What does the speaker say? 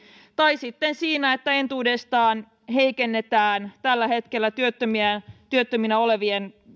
tai sitten siinä että entuudestaan heikennetään tällä hetkellä työttöminä olevien